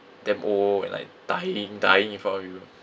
damn old and like dying dying in front of you